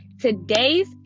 Today's